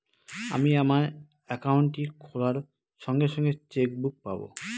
আমি আমার একাউন্টটি খোলার সঙ্গে সঙ্গে চেক বুক পাবো?